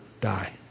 die